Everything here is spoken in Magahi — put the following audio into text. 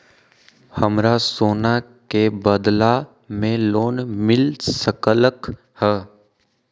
हमरा सोना के बदला में लोन मिल सकलक ह?